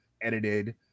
edited